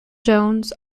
jones